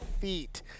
feet